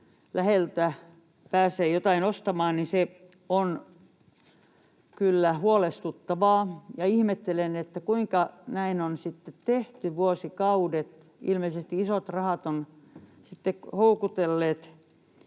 läheltä pääsee jotain ostamaan — se on kyllä huolestuttavaa, ja ihmettelen, kuinka näin on sitten tehty vuosikaudet. Ilmeisesti isot rahat ovat sitten houkutelleet.